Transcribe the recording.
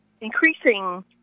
increasing